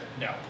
No